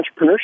entrepreneurship